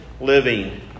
living